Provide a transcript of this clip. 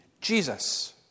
Jesus